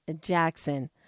Jackson